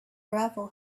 gravel